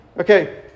Okay